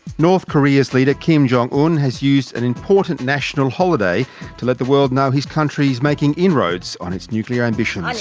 north korea's leader kim jong-un has used an important national holiday to let the world know his country is making inroads on its nuclear ambitions.